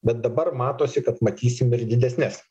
bet dabar matosi kad matysim ir didesnes